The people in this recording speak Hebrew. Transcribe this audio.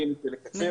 אנסה לקצר.